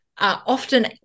often